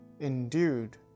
endued